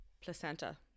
placenta